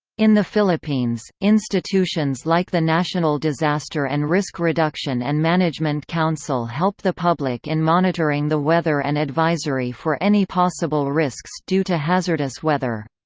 in the philippines, institutions like the national disaster and risk reduction and management council help the public in monitoring the weather and advisory for any possible risks due to hazardous weather.